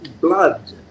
blood